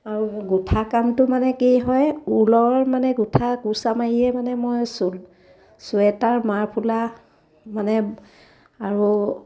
আৰু গোঁঠা কামটো মানে কি হয় ঊলৰ মানে গোঁঠা কুৰ্চা মাৰিয়ে মানে মই চুৱেটাৰ মাফলাৰ মানে আৰু